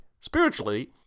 spiritually